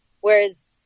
Whereas